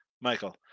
Michael